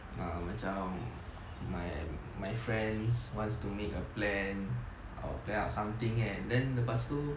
um macam my my friends wants to make a plan or plan out something and then lepas itu